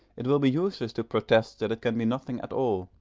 it will be useless to protest that it can be nothing at all,